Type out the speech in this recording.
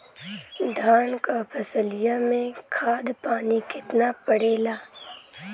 धान क फसलिया मे खाद पानी कितना पड़े ला?